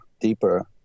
deeper